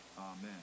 Amen